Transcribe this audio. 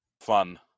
Fun